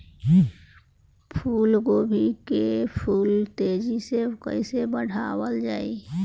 फूल गोभी के फूल तेजी से कइसे बढ़ावल जाई?